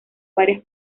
varias